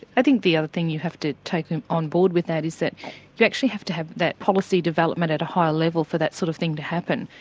i think the other thing you have to take on board with that is that you'd actually have to have that policy development at a higher level for that sort of thing to happen.